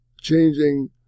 changing